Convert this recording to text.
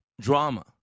drama